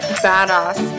badass